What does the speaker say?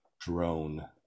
DRONE